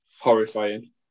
horrifying